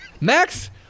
Max